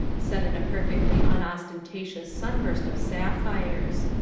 set in a perfectly unostentatious sunburst of sapphires.